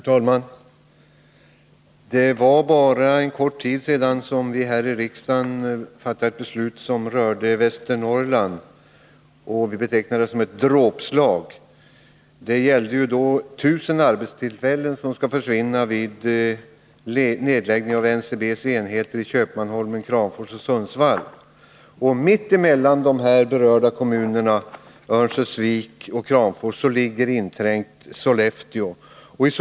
Herr talman! Det är bara en kort tid sedan vi här i riksdagen fattade ett beslut som rörde Västernorrland, och vi betecknade det som ett dråpslag. Det gällde 1 000 arbetstillfällen som skall försvinna genom nedläggning av NCB:s enheter i Köpmanholmen, Kramfors och Sundsvall. Mitt emellan de berörda kommunerna, Örnsköldsvik och Kramfors, ligger Sollefteå inträngt.